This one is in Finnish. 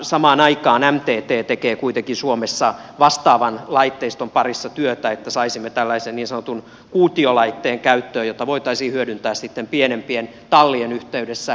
samaan aikaan mtt tekee kuitenkin suomessa vastaavan laitteiston parissa työtä että saisimme tällaisen niin sanotun kuutiolaitteen käyttöön jota voitaisiin hyödyntää sitten pienempien tallien yhteydessä